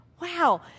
Wow